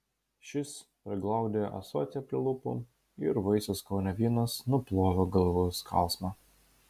šis priglaudė ąsotį prie lūpų ir vaisių skonio vynas nuplovė galvos skausmą